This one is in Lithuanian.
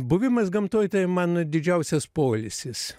buvimas gamtoj tai mano didžiausias poilsis